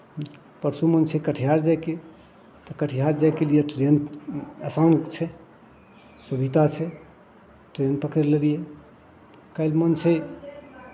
परसू मोन छै कटिहार जायके तऽ कटिहार जायके लिए ट्रेन आसान छै सुविधा छै ट्रेन पकड़ि लेलियै काल्हि मन छै